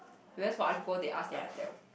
we are for are they are tell